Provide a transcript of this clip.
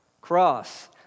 Cross